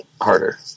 harder